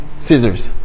Scissors